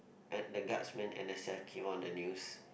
and the guards went N_S_F came out the news